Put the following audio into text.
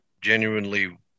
genuinely